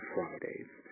Fridays